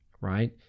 right